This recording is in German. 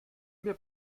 mir